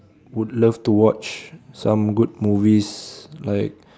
would love to watch some good movies like